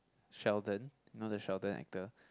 Sheldon you know the Sheldon actor